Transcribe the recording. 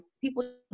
people